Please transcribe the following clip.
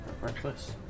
reckless